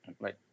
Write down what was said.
Right